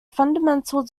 fundamental